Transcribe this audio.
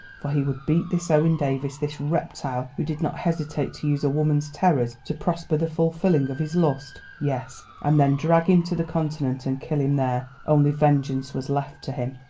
for he would beat this owen davies, this reptile, who did not hesitate to use a woman's terrors to prosper the fulfilling of his lust yes, and then drag him to the continent and kill him there. only vengeance was left to him!